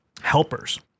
helpers